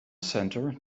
center